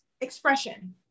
expression